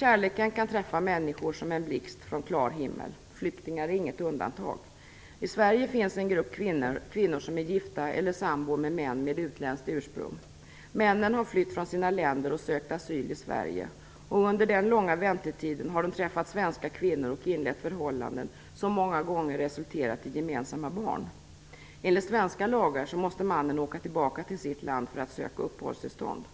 Kärleken kan träffa människor som en blixt från klar himmel. Flyktingar är inget undantag. I Sverige finns en grupp kvinnor som är gifta eller sambor med män med utländsk ursprung. Männen har flytt från sina länder och sökt asyl i Sverige. Under den långa väntetiden har de träffat svenska kvinnor och inlett förhållanden som många gånger resulterat i gemensamma barn. Enligt svenska lagar måste mannen åka tillbaka till sitt land för att söka uppehållstillstånd.